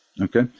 okay